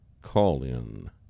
call-in